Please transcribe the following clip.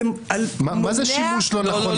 --- מה זה "שימוש לא נכון"?